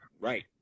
right